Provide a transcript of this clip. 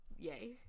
yay